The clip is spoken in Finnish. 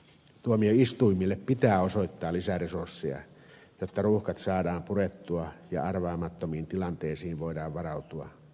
tuomioistuimille pitää osoittaa lisäresursseja jotta ruuhkat saadaan purettua ja arvaamattomiin tilanteisiin voidaan varautua